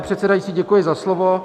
Pane předsedající, děkuji za slovo.